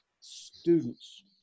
Students